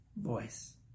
voice